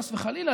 חס וחלילה,